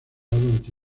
anti